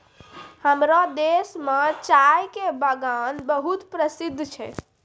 हमरो देश मॅ चाय के बागान बहुत प्रसिद्ध छै